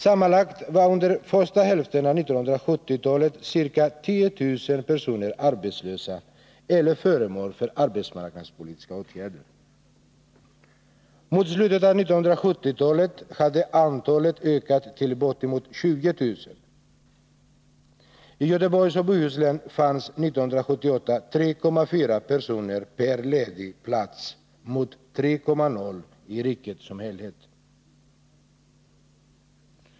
Sammanlagt var under första hälften av 1970-talet ca 10 000 personer arbetslösa eller föremål för arbetsmarknadspolitiska åtgärder. Mot slutet av 1970-talet hade antalet ökat till bortemot 20 000. I Göteborgs och Bohus län fanns 1978 3,4 personer per ledig plats mot 3,0 i riket som helhet.